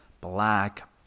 black